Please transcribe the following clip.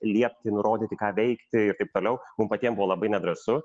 liepti nurodyti ką veikti ir taip toliau mums patiem buvo labai nedrąsu